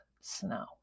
snow